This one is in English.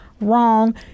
Wrong